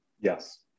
Yes